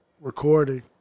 recording